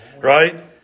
right